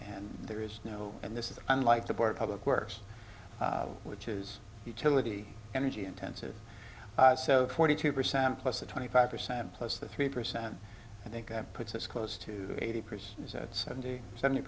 and there is no and this is unlike the board public works which is utility energy intensive so forty two percent plus the twenty five percent plus the three percent i think that puts us close to eighty percent at seventy seven